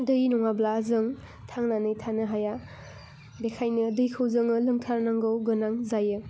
दै नङाब्ला जों थांनानै थानो हाया बेनिखायनो दैखौ जोङो लोंथारनांगौ गोनां जायो